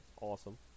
awesome